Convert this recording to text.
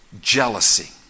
jealousy